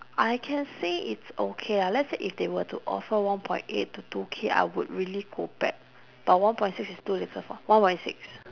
I can say it's okay lah let's say if they were to offer one point eight to two K I would really go back but one point six is too little for one point six